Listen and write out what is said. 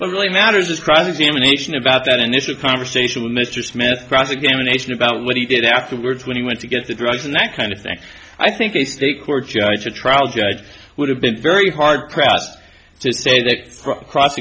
what really matters is cross examination about that initial conversation with mr smith cross examination about what he did afterwards when he went to get the drugs and that kind of thing i think a state court judge a trial judge would have been very hard pressed to say that cross